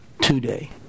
today